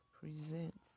presents